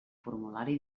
formulari